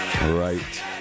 Right